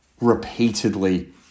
repeatedly